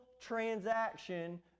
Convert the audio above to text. transaction